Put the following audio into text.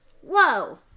whoa